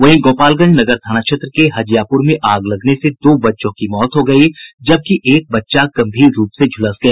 वहीं गोपालगंज नगर थाना क्षेत्र के हजियापुर में आग लगने से दो बच्चों की मौत हो गयी जबकि एक बच्चा गंभीर रूप से झुलस गया